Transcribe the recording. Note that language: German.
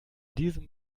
diesem